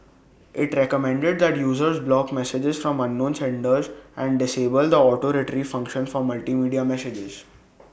IT recommended that users block messages from unknown senders and disable the auto Retrieve function for multimedia messages